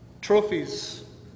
Trophies